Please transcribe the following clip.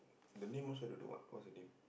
the name also don't know what what's her name